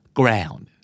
ground